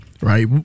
right